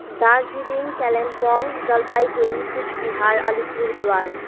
Darjeeling Kalimpong Jalpaiguri Coochbehar Alipurduar